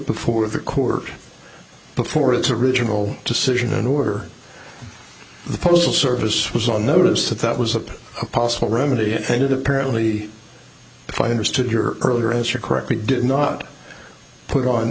before the court before its original decision and order the postal service was on notice that that was a possible remedy and it apparently if i understood your earlier answer correctly did not put on